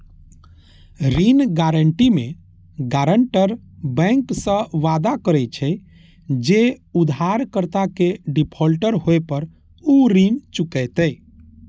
ऋण गारंटी मे guarantor bank सं वादा करे छै, जे उधारकर्ता के डिफॉल्टर होय पर ऊ ऋण चुकेतै